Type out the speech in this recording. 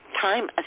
time